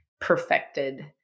perfected